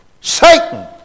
Satan